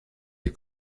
les